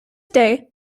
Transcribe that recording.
day